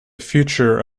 future